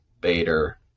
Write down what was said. Bader